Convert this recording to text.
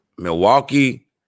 Milwaukee